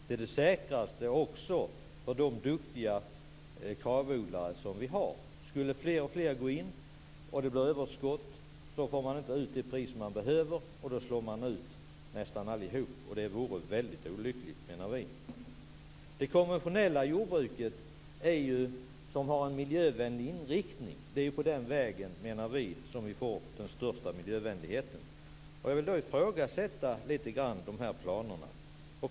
Det är säkrast också för de duktiga Kravodlare som vi har. Om fler och fler gick in och det blev överskott skulle man inte få ut det pris som behövs. Därmed slås nästan allihop ut, och det vore väldigt olyckligt, menar vi. Det är genom det konventionella jordbruket, som har en miljöinriktning, som vi, enligt vår mening, får den största miljövänligheten. Jag ifrågasätter därför lite grann de här planerna.